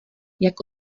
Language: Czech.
jak